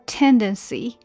tendency